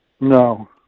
No